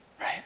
Right